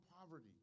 poverty